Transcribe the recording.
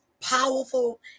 powerful